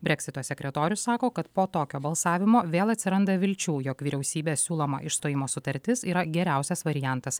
breksito sekretorius sako kad po tokio balsavimo vėl atsiranda vilčių jog vyriausybės siūloma išstojimo sutartis yra geriausias variantas